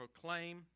proclaim